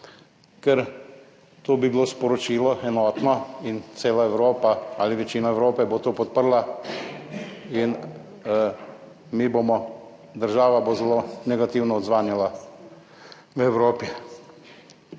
ker to bi bilo sporočilo enotno in cela Evropa ali večina Evrope bo to podprla in mi bomo, država bo zelo negativno odzvanjala v Evropi.